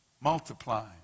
multiply